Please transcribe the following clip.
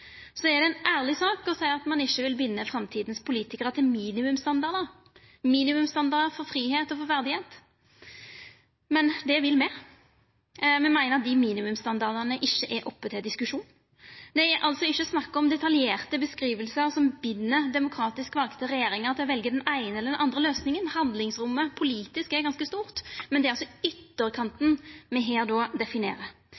Så er det ei ærleg sak å seia at ein ikkje vil binda framtidas politikarar til minimumsstandardar – minimumsstandardar for fridom og verdigheit. Men det vil me. Me meiner at dei minimumsstandardane ikkje er oppe til diskusjon. Det er altså ikkje snakk om detaljerte beskrivingar som bind demokratisk valde regjeringar til å velja den eine eller den andre løysinga. Handlingsrommet politisk er ganske stort. Men det er altså